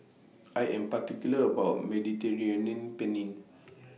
I Am particular about Mediterranean Penne